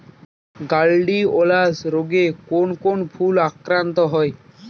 Gladiolus রোগে কোন কোন ফুল আক্রান্ত হয়?